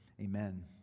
Amen